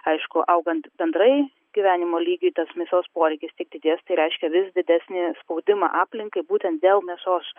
aišku augant bendrai gyvenimo lygiui tas mėsos poreikis didės tai reiškia vis didesnį spaudimą aplinkai būtent dėl mėsos